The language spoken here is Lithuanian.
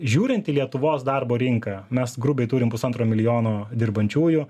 žiūrint į lietuvos darbo rinką mes grubiai turim pusantro milijono dirbančiųjų